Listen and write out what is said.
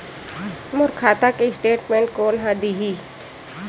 मोर खाता के स्टेटमेंट कोन ह देही?